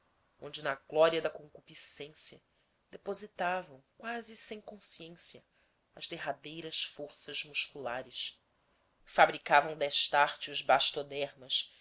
onde na glória da concupiscência depositavam quase sem consciência as derradeiras forças musculares fabricavam destarte os bastodermas